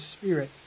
spirit